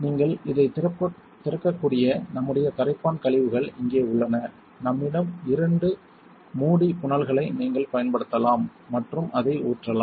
நீங்கள் இதைத் திறக்கக்கூடிய நம்முடைய கரைப்பான் கழிவுகள் இங்கே உள்ளன நம்மிடம் இரண்டு மூடி புனல்களை நீங்கள் பயன்படுத்தலாம் மற்றும் அதை ஊற்றலாம்